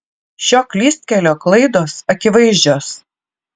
šio klystkelio klaidos akivaizdžios